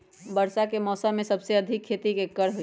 वर्षा के मौसम में सबसे अधिक खेती केकर होई?